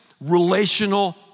relational